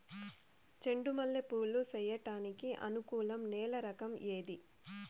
చెండు మల్లె పూలు పంట సేయడానికి అనుకూలం నేల రకం ఏది